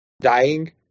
dying